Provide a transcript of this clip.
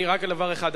רק דבר אחד,